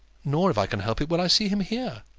nor, if i can help it, will i see him here.